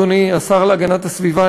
אדוני השר להגנת הסביבה,